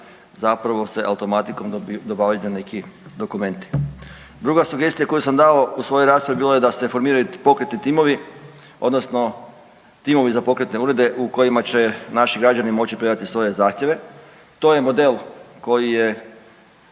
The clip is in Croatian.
zapravo se automatikom dobavljaju neki dokumenti. Druga sugestija koju sam dao u svojoj raspravi bila je da se formiraju pokretni timovi, odnosno timovi za pokretne urede u kojima će naši građani moći predati svoje zahtjeve. To je model koji je